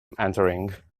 entering